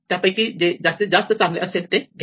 त्यापैकी जे जास्तीत जास्त चांगले असेल ते घ्या